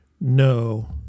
No